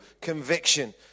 conviction